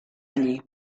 allí